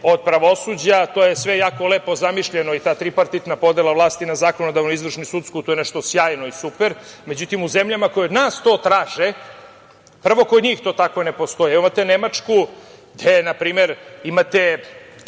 od pravosuđa, to je sve jako lepo zamišljeno i ta tripartitna podela vlasti na zakonodavnu, izvršnu i sudsku je nešto sjajno i super, međutim u zemljama koje od nas to traže, prvo, kod njih to tako ne postoji. Evo imate Nemačku gde, na primer, imate